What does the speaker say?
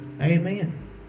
Amen